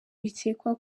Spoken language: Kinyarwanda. bikekwa